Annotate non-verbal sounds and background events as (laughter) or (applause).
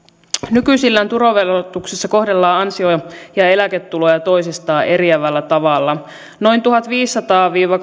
nykyisillään tuloverotuksessa kohdellaan ansio ja eläketuloja toisistaan eriävällä tavalla noin tuhannenviidensadan viiva (unintelligible)